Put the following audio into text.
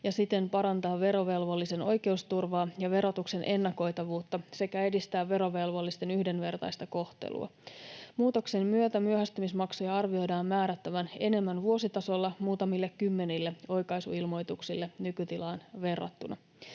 ja siten parantaa verovelvollisen oikeusturvaa ja verotuksen ennakoitavuutta sekä edistää verovelvollisten yhdenvertaista kohtelua. Muutoksen myötä myöhästymismaksuja arvioidaan määrättävän enemmän vuositasolla muutamille kymmenille oikaisuilmoituksille nykytilaan verrattuna.